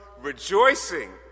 rejoicing